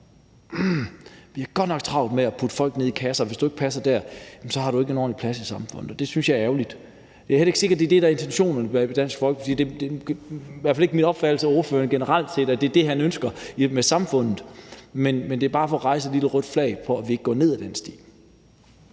synes godt nok, vi har travlt med at putte folk ned i kasser, og hvis du ikke passer ind der, har du ikke en ordentlig plads i samfundet, og det synes jeg er ærgerligt. Det er heller ikke sikkert, at det er det, der er intentionerne hos Dansk Folkeparti; det er i hvert fald ikke min opfattelse af ordføreren generelt set, at det er det, han ønsker med samfundet, men det er bare for at rejse et lille rødt flag for, at vi ikke går ned ad den sti.